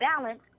balance